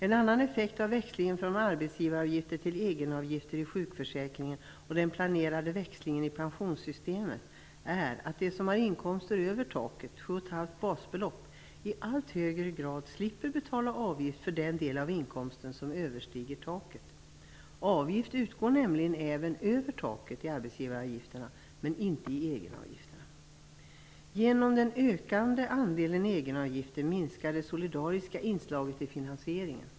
En annan effekt av växlingen från arbetsgivaravgifter till egenavgifter i sjukförsäkringen och den planerade växlingen i pensionssystemen är att de som har inkomster över taket, 7,5 basbelopp, i allt högre grad slipper betala avgift för den del av inkomsten som överstiger taket. Avgift utgår nämligen även över taket i arbetsgivaravgifterna men inte i egenavgifterna. Genom den ökande andelen egenavgifter minskar det solidariska inslaget i finansieringen.